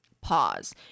Pause